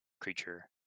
creature